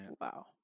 Wow